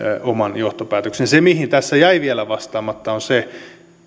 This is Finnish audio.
oman johtopäätöksensä se mihin tässä jäi vielä vastaamatta on se